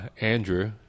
andrew